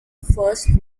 first